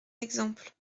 exemple